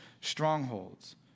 strongholds